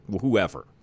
whoever